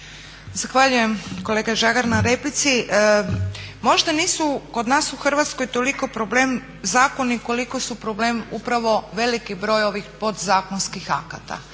Zahvaljujem kolega Žagar na replici. Možda nisu kod nas u Hrvatskoj toliko problem zakoni koliko su problem upravo veliki broj ovih podzakonskih akata.